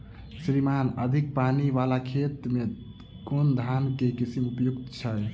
श्रीमान अधिक पानि वला खेत मे केँ धान केँ किसिम उपयुक्त छैय?